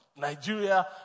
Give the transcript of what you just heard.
Nigeria